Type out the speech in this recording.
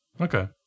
Okay